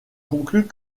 conclut